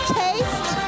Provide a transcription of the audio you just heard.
taste